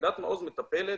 יחידת מעוז מטפלת